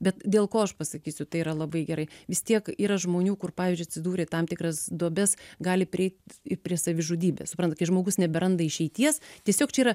bet dėl ko aš pasakysiu tai yra labai gerai vis tiek yra žmonių kur pavyzdžiui atsidūrė į tam tikras duobes gali prieit prie savižudybės suprantat kai žmogus neberanda išeities tiesiog čia yra